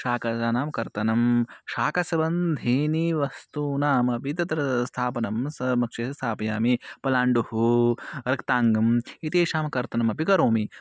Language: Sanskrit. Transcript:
शाकानां कर्तनं शाकसबन्धीनां वस्तूनामपि तत्र स्थापनं सामक्षे स्थापयामि पलाण्डुः रक्ताङ्गम् एतेषां कर्तनमपि करोमि